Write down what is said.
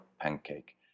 pancake